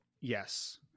Yes